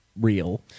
real